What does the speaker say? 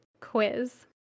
quiz